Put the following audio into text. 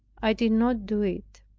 i did not do it.